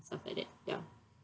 stuff like that ya